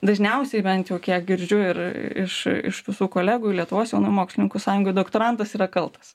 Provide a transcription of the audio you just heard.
dažniausiai bent jau kiek girdžiu ir iš iš visų kolegų lietuvos jaunųjų mokslininkų sąjungoj doktorantas yra kaltas